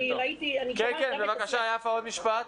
כן, בבקשה, יפה, עוד משפט.